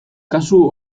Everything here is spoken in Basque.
kasu